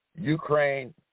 Ukraine